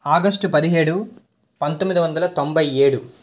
ఆగష్టు పదిహేడు పంతొమ్మిది వందల తొంభై ఏడు